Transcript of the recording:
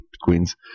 Queens